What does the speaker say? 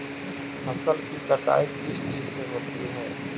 फसल की कटाई किस चीज से होती है?